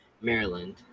Maryland